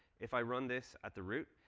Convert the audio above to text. if i run this at the root,